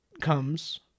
comes